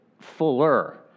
fuller